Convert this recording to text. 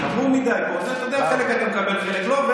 חלק אתה מקבל וחלק לא,